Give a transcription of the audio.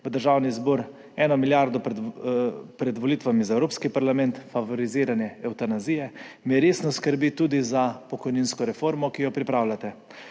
v Državni zbor, eno milijardo pred volitvami za Evropski parlament in favoriziranje evtanazije, me resno skrbi tudi za pokojninsko reformo, ki jo pripravljate.